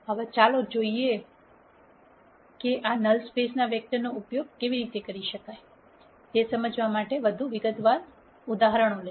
હવે ચાલો આપણે આ નલ સ્પેસ વેક્ટરનો ઉપયોગ કેવી રીતે કરી શકીએ તે સમજવા માટે વધુ વિગતવાર જોઈએ